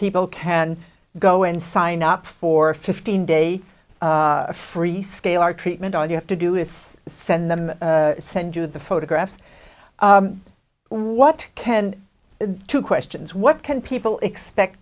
people can go and sign up for a fifteen day free scalar treatment all you have to do is send them send you the photographs what can two questions what can people expect